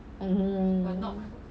oh